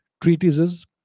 treatises